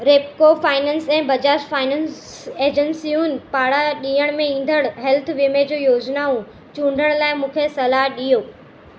Repco finance ऐं Bajaj finance एजेंसियुनि पारां ॾियण में ईंदड़ु हेल्थ वीमे जूं योजनाऊं चूंडण लाइ मूंखे सलाह ॾियो